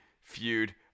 feud